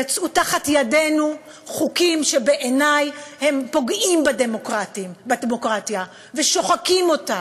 יצאו מתחת ידינו חוקים שבעיני הם פוגעים בדמוקרטיה ושוחקים אותה: